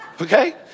okay